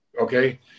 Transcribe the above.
Okay